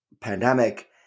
pandemic